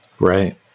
Right